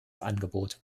angebot